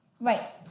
Right